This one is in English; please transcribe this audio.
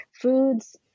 foods